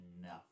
enough